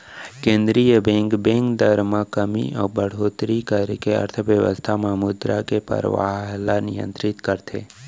केंद्रीय bank, bank दर म कमी अउ बड़होत्तरी करके अर्थबेवस्था म मुद्रा के परवाह ल नियंतरित करथे